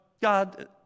God